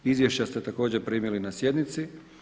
Izvješća ste također primili na sjednici.